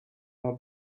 more